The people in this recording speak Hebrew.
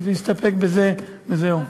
להסתפק בזה וזהו.